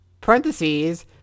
parentheses